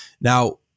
Now